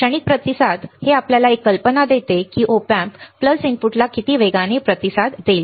क्षणिक प्रतिसाद काहीच नाही परंतु हे आपल्याला एक कल्पना देते की Op amp पल्स इनपुटला किती वेगाने प्रतिसाद देईल